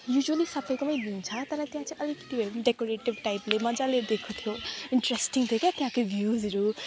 usually सबैकोमै दिन्छ तर त्यहाँ चाहिँ अलिकति भए पनि डेकोरेटिभ टाइपले मजाले दिएको थियो इन्ट्रेस्टिङ थियो के त्यहाँको भ्युजहरू